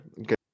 Okay